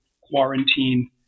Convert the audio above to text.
quarantine